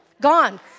Gone